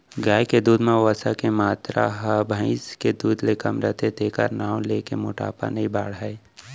गाय के दूद म वसा के मातरा ह भईंसी के दूद ले कम रथे तेकर नांव लेके मोटापा नइ बाढ़य